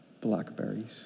blackberries